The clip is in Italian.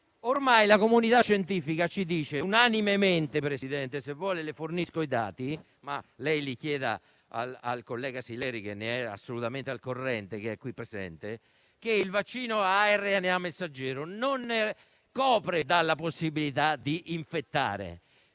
Ormai la comunità scientifica ci dice unanimemente - se vuole le fornisco i dati, ma li chieda al qui presente collega Sileri, che ne è assolutamente al corrente - che il vaccino a RNA messaggero non copre dalla possibilità di infettare.